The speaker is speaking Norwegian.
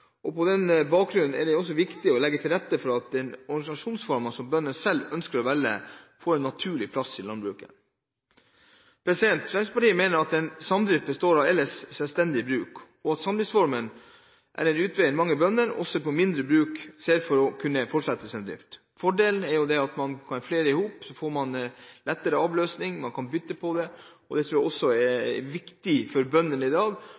pst. På denne bakgrunn er det viktig å legge til rette for at de organisasjonsformer som bøndene selv ønsker og velger, får en naturlig plass i landbruket. Fremskrittspartiet mener at en samdrift består av ellers selvstendige bruk, og at samdriftsformen er den utveien mange bønder – også på mindre bruk – ser for å kunne fortsette sin drift. Fordelen er at hvis man er flere i hop, får man lettere avløsning – man kan bytte på. Jeg tror det er viktig for bøndene i dag